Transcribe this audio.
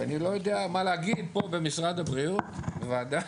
ואני לא יודע מה להגיד פה במשרד הבריאות, בוועדה,